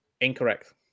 Incorrect